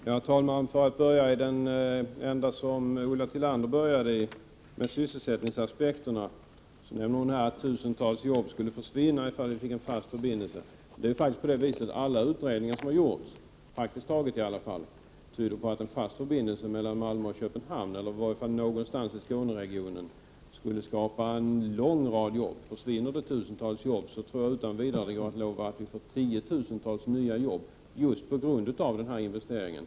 Herr talman! För att börja i den ända som Ulla Tillander började i — sysselsättningsaspekterna — nämnde hon att tusentals jobb skulle försvinna, ifall vi fick en fast förbindelse. Men praktiskt taget alla utredningar som har gjorts tyder på att en fast förbindelse mellan Malmö och Köpenhamn, eller i varje fall någonstans i Skåneregionen, skulle skapa en lång rad jobb. Försvinner tusentals jobb, tror jag att det utan vidare går att lova tiotusentals nya jobb just på grund av den här investeringen.